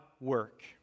work